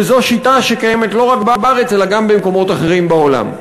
וזו שיטה שקיימת לא רק בארץ אלא גם במקומות אחרים בעולם.